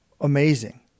amazing